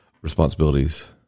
responsibilities